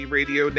Radio